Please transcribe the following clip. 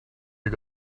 you